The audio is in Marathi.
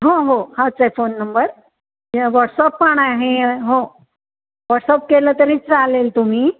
हो हो हाच आहे फोन नंबर हे वॉट्सअप पण आहे हो वॉट्सअप केलं तरी चालेल तुम्ही